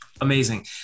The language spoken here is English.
Amazing